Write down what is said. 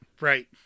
right